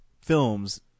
films